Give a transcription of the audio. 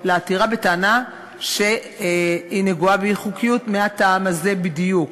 לעתירה בטענה שהיא נגועה באי-חוקיות מהטעם הזה בדיוק,